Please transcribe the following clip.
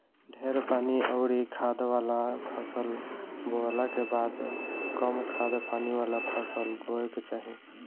ढेर पानी अउरी खाद वाला फसल बोअला के बाद कम खाद पानी वाला फसल बोए के चाही